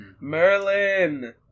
Merlin